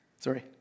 Sorry